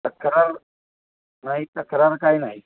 तक्रार नाही तक्रार काही नाही